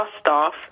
staff